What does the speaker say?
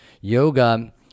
yoga